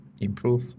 improve